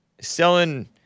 selling